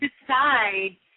decide